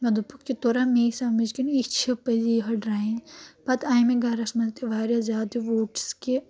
مےٚ دوٚپُکھ یہِ تورا مے سَمجھ کِنہٕ یہِ چھِ پٔزِی یِہے ڈرایِنٛگ پَتہٕ آیہِ مےٚ گَرَس منٛز تہِ واریاہ زیادٕ ووٹٕس کہِ